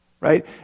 right